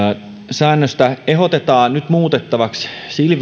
säännöstä ehdotetaan nyt muutettavaksi sillä